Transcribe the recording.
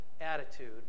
attitude